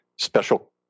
special